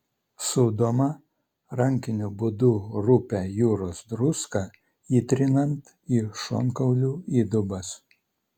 sūdoma rankiniu būdu rupią jūros druską įtrinant į šonkaulių įdubas